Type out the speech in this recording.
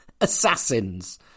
assassins